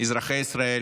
אזרחי ישראל